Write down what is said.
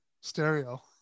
stereo